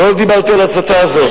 לא דיברתי על ההצתה הזאת.